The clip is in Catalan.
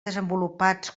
desenvolupats